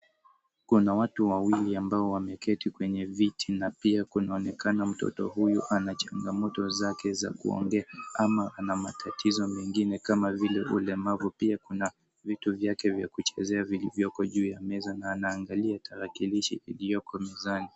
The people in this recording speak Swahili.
Kuna watu wawili ambao wameketi kwenye viti, na pia kunaonekana mtoto huyu ana changamoto zake za kuongea, ama ana matatizo mengine, kama vile ulemavu. Pia kuna vitu vyake vya kuchezea vilivyoko juu ya meza, na anaangalia tarakilishi iliyoko mezani.